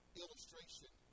illustration